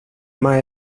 más